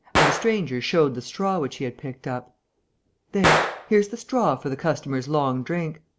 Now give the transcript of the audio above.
and the stranger showed the straw which he had picked up there, here's the straw for the customer's long drink.